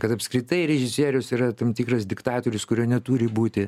kad apskritai režisierius yra tam tikras diktatorius kurio neturi būti